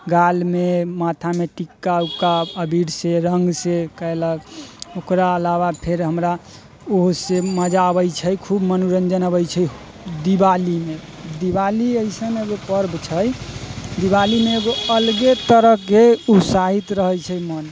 गालमे माथामे टीक्का उक्का अबीरसँ रङ्गसँ कयलक ओकरा अलावा फेर हमरा उहोसँ मजा अबै छै खूब मनोरञ्जन अबै छै दिवालीमे दिवाली एसन एगो पर्व छै दिवालीमे एगो अलगे तरहके उत्साहित रहै छै मन